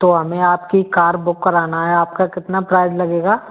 तो हमें आपकी कार बुक करानी है आपका कितना प्राइस लगेगा